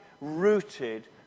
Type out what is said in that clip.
rooted